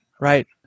Right